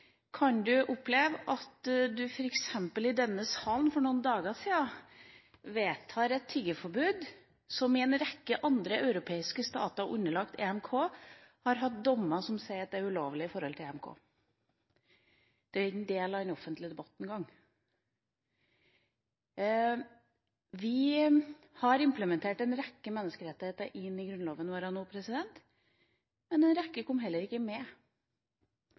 kan man oppleve at det – f.eks. i denne salen for noen dager siden – vedtas et tiggeforbud. I en rekke andre europeiske stater underlagt EMK, har man fått dommer som sier at tiggeforbud er ulovlig i henhold til EMK. Det er ikke en gang en del av en offentlig debatt. Vi har implementert en rekke menneskerettigheter i Grunnloven, men en rekke kom ikke med,